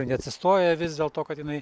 ir neatsistoja vis dėlto kad jinai